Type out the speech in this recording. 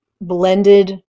blended